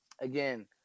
again